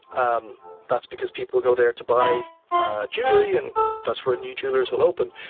um that's because people go there to buy jewelry and that's where new jewelers will open.